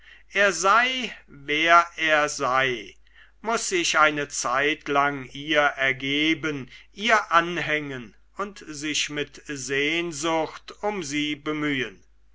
er sei wer er sei muß sich eine zeitlang ihr ergeben ihr anhängen und sich mit sehnsucht um sie bemühen